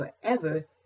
forever